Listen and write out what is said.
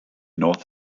north